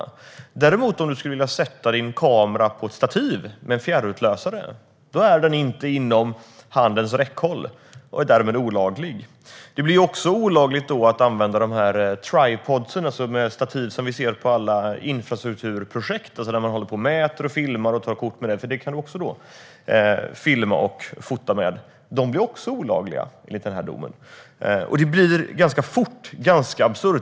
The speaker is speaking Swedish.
Om du däremot skulle vilja sätta din kamera på ett stativ med en fjärrutlösare är den inte inom handens räckhåll och är därmed olaglig. Det blir också olagligt att använda tripod, de stativ som vi ser på alla infrastrukturprojekt när man håller på och mäter, filma och ta kort med dem. Dem kan man också filma och fota med. De blir också olagliga enligt den här domen. Det blir ganska fort ganska absurt.